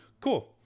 Cool